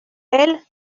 elles